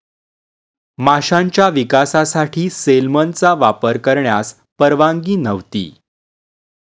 माशांच्या विकासासाठी सेलमनचा वापर करण्यास परवानगी नव्हती